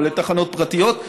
כולל תחנות פרטיות.